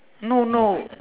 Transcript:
no no